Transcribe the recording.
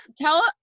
tell